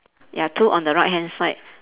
ya two on the right hand side